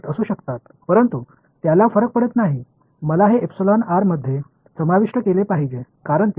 மாணவர்எங்களிடம் இரண்டு பொருள்கள் உள்ளன என்று வைத்துக்கொள்வோம் குறிப்பு நேரம் 0601